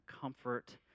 comfort